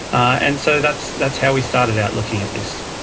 and so that's that's how we started out looking at this.